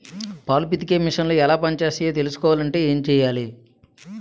పాలు పితికే మిసన్లు ఎలా పనిచేస్తాయో తెలుసుకోవాలంటే ఏం చెయ్యాలి?